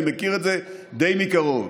אני מכיר את זה די מקרוב.